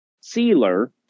Sealer